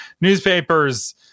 Newspapers